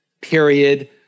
period